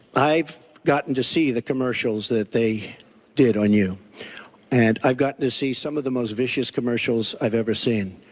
i've gotten to see the commercials that they did on you and the i've gotten to see some of the most vicious commercials i've ever seen,